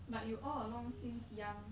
but you all along since young